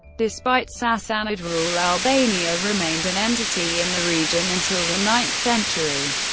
despite sassanid rule, albania remained an entity in the region until the ninth century,